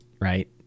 right